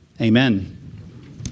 Amen